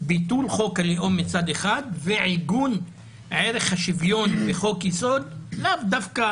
ביטול חוק הלאום ועיגון ערך השוויון לאו דווקא